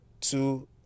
two